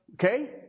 Okay